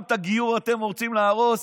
גם את הגיור אתם רוצים להרוס?